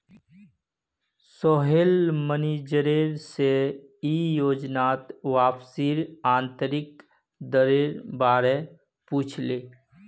Sohail manager से ई योजनात वापसीर आंतरिक दरेर बारे पुछले